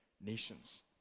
nations